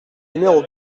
numéro